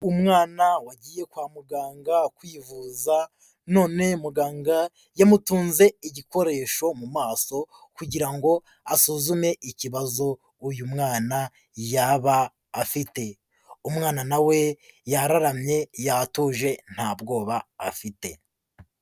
Umwana wagiye kwa muganga kwivuza, none muganga yamutunze igikoresho mu maso, kugira ngo asuzume ikibazo uyu mwana yaba afite. Umwana nawe yararamye yatuje nta bwoba afite.